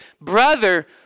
brother